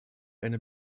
eine